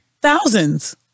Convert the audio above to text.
Thousands